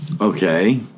Okay